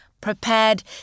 prepared